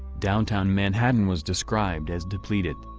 downtown manhattan was described as depleted.